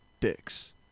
dicks